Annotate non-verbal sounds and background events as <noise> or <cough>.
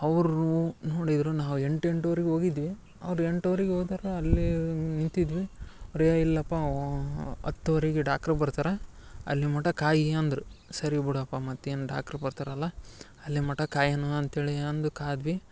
ಅವ್ರೂ ನೋಡಿದ್ರು ನಾವ್ ಎಂಟ್ ಎಂಟುವರೆಗ್ ಓಗಿದ್ವಿ ಅವ್ರ್ ಎಂಟುವರಿಗ್ ಓದಾರ ಅಲ್ಲೀ ನಿಂತಿದ್ವಿ <unintelligible> ಇಲ್ಲಪ್ಪಾ ಅವ್ ಅತ್ತುವರೆಗೆ ಡಾಕ್ರ್ ಬರ್ತರ ಅಲ್ಲಿ ಮಟ ಕಾಯಿ ಅಂದ್ರ್ ಸರಿ ಬಿಡಪ್ಪ ಮತ್ತೇನ್ ಡಾಕ್ರ್ ಬರ್ತರಲ್ಲ ಅಲ್ಲಿ ಮಟ ಕಾಯನು ಅಂತೇಳಿ ಅಂದು ಕಾದ್ವಿ